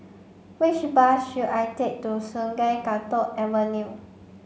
which bus should I take to Sungei Kadut Avenue